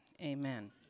Amen